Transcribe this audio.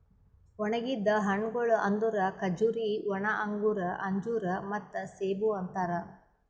ಒಣುಗಿದ್ ಹಣ್ಣಗೊಳ್ ಅಂದುರ್ ಖಜೂರಿ, ಒಣ ಅಂಗೂರ, ಅಂಜೂರ ಮತ್ತ ಸೇಬು ಅಂತಾರ್